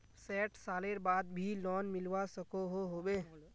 सैट सालेर बाद भी लोन मिलवा सकोहो होबे?